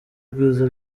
bwiza